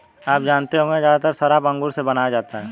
आप जानते होंगे ज़्यादातर शराब अंगूर से बनाया जाता है